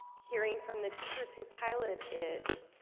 hearing from the teachers who pilot it